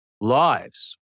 lives